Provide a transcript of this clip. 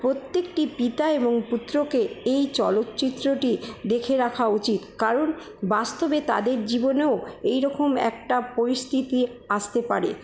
প্রত্যেকটি পিতা এবং পুত্রকে এই চলচ্চিত্রটি দেখে রাখা উচিৎ কারন বাস্তবে তাদের জীবনেও এই রকম একটা পরিস্থিতি আসতে পারে